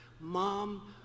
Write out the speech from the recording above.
Mom